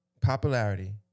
popularity